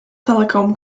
telecom